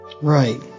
Right